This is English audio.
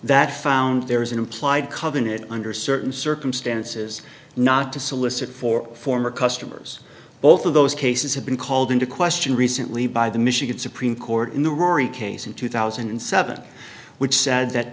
that found there was an implied covenant under certain circumstances not to solicit for former customers both of those cases have been called into question recently by the michigan supreme court in the rurik case in two thousand and seven which said that